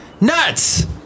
nuts